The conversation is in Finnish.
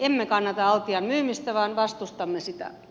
emme kannata altian myymistä vaan vastustamme sitä